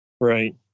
right